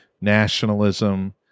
nationalism